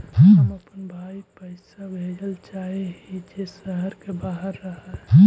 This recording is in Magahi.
हम अपन भाई पैसा भेजल चाह हीं जे शहर के बाहर रह हे